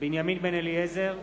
בנימין בן-אליעזר,